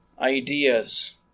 ideas